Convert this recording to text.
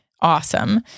awesome